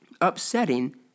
upsetting